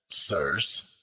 sirs,